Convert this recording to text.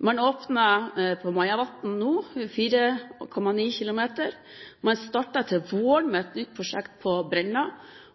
Man åpner nå 4,9 km ved Majavatn. Man starter med et nytt prosjekt på Brenna